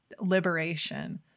liberation